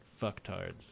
fucktards